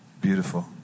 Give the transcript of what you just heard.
Beautiful